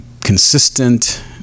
consistent